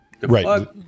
Right